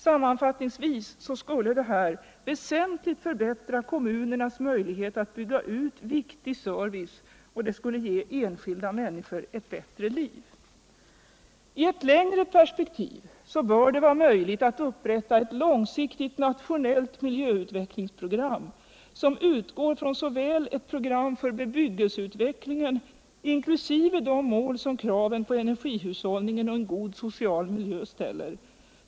Sammanfattningsvis skulle detta väsentligt förbättra kommunernas möjlighet att bygga ut viktig service och ge enskilda människor ett bättre liv. I ou längre perspektiv bör det vara möjligt att upprätta ett långsiktigt nationellt miljöutvecklingsprogram”, som utgår från såväl ett program för bebyggelseutvecklingen, inklusive de mål som kraven på cenergihushållningen och en god social miljö ställer.